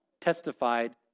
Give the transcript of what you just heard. testified